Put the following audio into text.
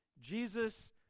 Jesus